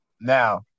Now